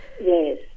Yes